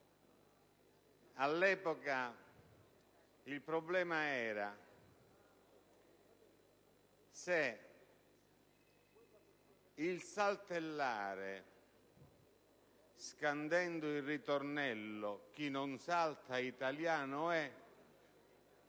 All'epoca, il problema era se il saltellare scandendo il ritornello «chi non salta italiano è»